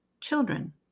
children